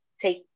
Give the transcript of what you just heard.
take